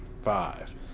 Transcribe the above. five